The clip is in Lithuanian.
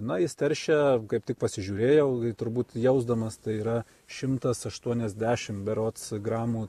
na jis teršia kaip tik pasižiūrėjau turbūt jausdamas tai yra šimtas aštuoniasdešim berods gramų